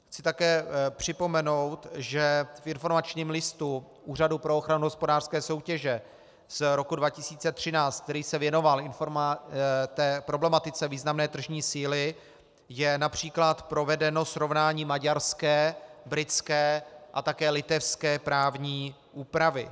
Chci také připomenout, že v informačním listu Úřadu pro ochranu hospodářské soutěže z roku 2013, který se věnoval problematice významné tržní síly, je například provedeno srovnání maďarské, britské a také litevské právní úpravy.